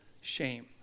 shame